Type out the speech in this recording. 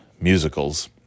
musicals